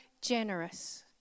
generous